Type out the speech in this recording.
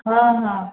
ହଁ ହଁ